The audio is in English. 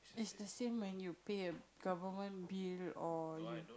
is the same when you pay a government bill or you